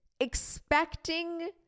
expecting